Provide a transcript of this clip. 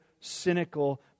cynical